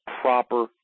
proper